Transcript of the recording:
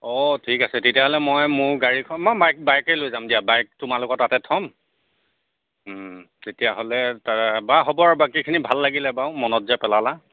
অঁ ঠিক আছে তেতিয়াহ'লে মই মোৰ গাড়ীখন বা মই মাইক বাইকে লৈ যাম দিয়া বাইক তোমালোকৰ তাতে থ'ম তেতিয়াহ'লে বাৰু হ'ব ৰ'বা বাকীখিনি ভাল লাগিলে বাৰু মনত যে পেলালা